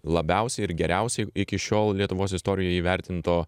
labiausiai ir geriausiųjų iki šiol lietuvos istorijoj įvertinto